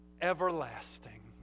everlasting